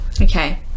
Okay